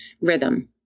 rhythm